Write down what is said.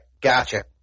Gotcha